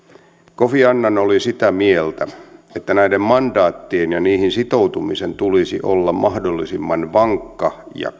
kofi annan oli sitä mieltä että näiden mandaattien ja niihin sitoutumisen tulisi olla mahdollisimman vankkoja ja